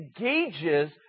engages